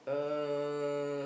uh